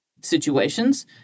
situations